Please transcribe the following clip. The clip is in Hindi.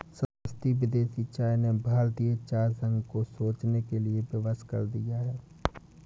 सस्ती विदेशी चाय ने भारतीय चाय संघ को सोचने के लिए विवश कर दिया है